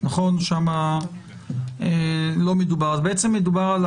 שאנחנו קובעים רף שמצד אחד באמת מהווה איזה שהוא שינוי